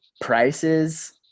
prices